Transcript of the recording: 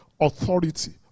Authority